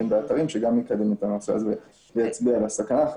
באתרים שגם יקדם את הנושא הזה ויצביע על הסכנה.